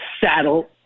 Saddle